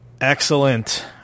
Excellent